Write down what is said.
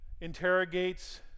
interrogates